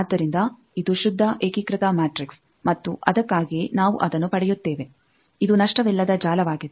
ಆದ್ದರಿಂದ ಇದು ಶುದ್ಧ ಏಕೀಕೃತ ಮ್ಯಾಟ್ರಿಕ್ಸ್ ಮತ್ತು ಅದಕ್ಕಾಗಿಯೇ ನಾವು ಅದನ್ನು ಪಡೆಯುತ್ತೇವೆ ಇದು ನಷ್ಟವಿಲ್ಲದ ಜಾಲವಾಗಿದೆ